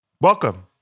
Welcome